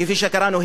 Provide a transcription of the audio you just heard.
כפי שקראנו,